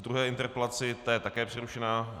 V druhé interpelaci ta je také přerušena.